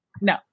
no